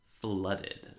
flooded